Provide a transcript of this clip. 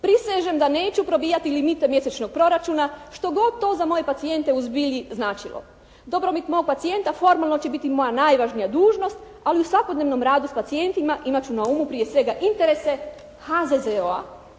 Prisežem da neću probijati limite mjesečnog proračuna što god to za moje pacijente u zbilji značilo. Dobrobit mog pacijenta formalno će biti moja najvažnija dužnost ali u svakodnevnom radu s pacijentima imat ću na umu prije svega interese HZZO-a,